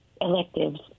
electives